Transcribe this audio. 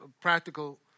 practical